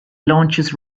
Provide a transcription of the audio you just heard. launches